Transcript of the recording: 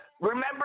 remember